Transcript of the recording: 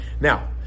now